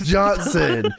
Johnson